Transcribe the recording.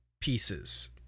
pieces